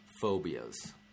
Phobias